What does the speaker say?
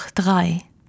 drei